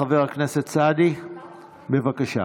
חבר הכנסת סעדי, בבקשה.